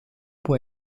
può